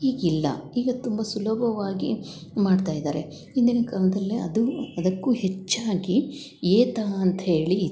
ಈಗಿಲ್ಲ ಈಗ ತುಂಬ ಸುಲಭವಾಗಿ ಮಾಡ್ತಾ ಇದ್ದಾರೆ ಹಿಂದಿನ ಕಾಲದಲ್ಲಿ ಅದು ಅದಕ್ಕೂ ಹೆಚ್ಚಾಗಿ ಏತ ಅಂತ ಹೇಳಿ ಇತ್ತು